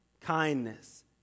kindness